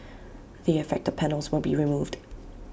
the affected panels will be removed